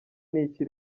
n’iki